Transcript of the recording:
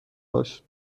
باش